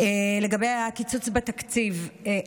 לגבי הקיצוץ בתקציב,